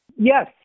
Yes